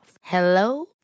Hello